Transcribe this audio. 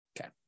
Okay